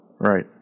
Right